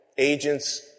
Agents